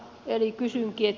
eli kysynkin